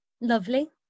Lovely